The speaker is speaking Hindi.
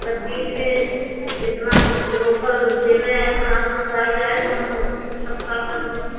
अगर बीच में जितना लोकल देते हैं अगर अब ना सही जाए तो हम तब क्या करेंगे